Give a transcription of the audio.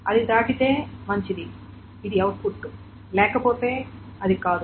అది దాటితే మంచిది ఇది అవుట్పుట్ లేకపోతే అది కాదు